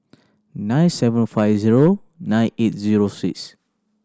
nine seven five zero nine eight zero six